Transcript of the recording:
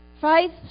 Faith